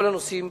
כל הנושאים